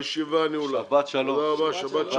פניות נוספות הן 424 ו-425, גם של רשויות מקומיות.